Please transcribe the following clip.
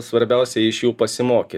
svarbiausia iš jų pasimokyt